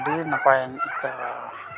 ᱟᱹᱰᱤ ᱱᱟᱯᱟᱭᱤᱧ ᱟᱹᱭᱠᱟᱹᱣᱟ